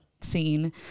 scene